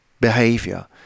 behavior